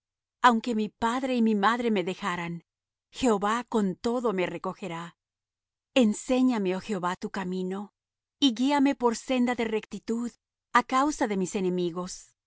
aunque mi padre y mi madre me dejaran jehová con todo me recogerá enséñame oh jehová tu camino y guíame por senda de rectitud a causa de mis enemigos